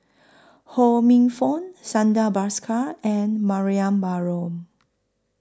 Ho Minfong Santha Bhaskar and Mariam Baharom